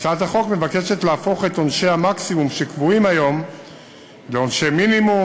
הצעת החוק מבקשת להפוך את עונשי המקסימום שקבועים היום לעונשי מינימום,